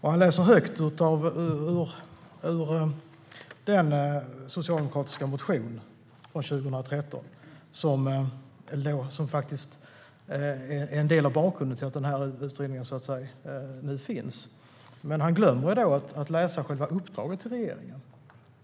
Han läser högt ur den socialdemokratiska motion från 2013 som faktiskt är en del av bakgrunden till att utredningen nu finns, men han glömmer att läsa förslaget till själva uppdraget till regeringen.